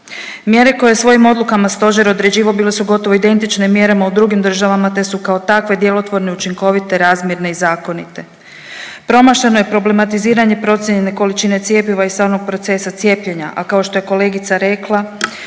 Mjere koje je svojim odlukama stožer određivao bile su gotovo identične mjerama u drugim državama, te su kao takve djelotvorne, učinkovite, razmjerne i zakonite. Promašeno je problematiziranje procijenjene količine cjepiva i svog onog procesa cijepljenja, a kao što je kolegica rekla